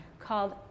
called